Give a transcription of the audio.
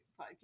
podcast